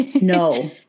No